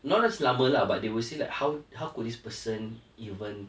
not as lama lah but they will say like how how could this person even